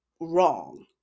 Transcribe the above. wrong